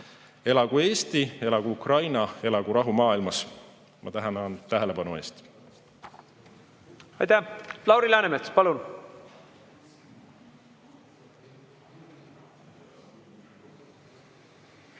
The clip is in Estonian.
Elagu Eesti! Elagu Ukraina! Elagu rahu maailmas! Ma tänan tähelepanu eest. Aitäh! Lauri Läänemets, palun!